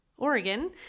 Oregon